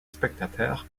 spectateurs